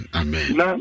amen